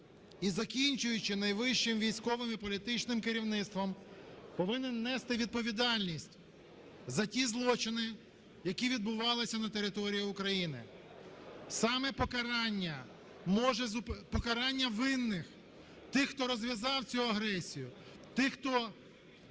і закінчуючи найвищим військовим і політичним керівництвом, повинен нести відповідальність за ті злочини, які відбувалися на території України. Саме покарання, покарання винних, тих, хто розв'язав цю агресію, тих, хто